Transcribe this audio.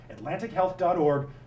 atlantichealth.org